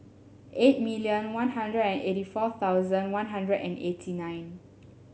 eight million One Hundred and eighty four thousand One Hundred and eighty nine